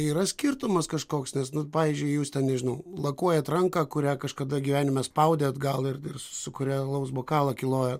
yra skirtumas kažkoks nes nu pavyzdžiui jūs ten nežinau lakuojat ranką kurią kažkada gyvenime spaudėt gal ir ir su kuria alaus bokalą kilojo